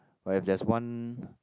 but if there's one